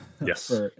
Yes